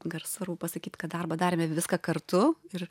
dar svarbu pasakyt kad darbą darėme viską kartu ir